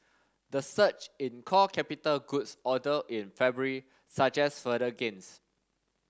the surge in core capital goods order in February suggests further gains